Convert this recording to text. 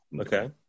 Okay